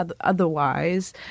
otherwise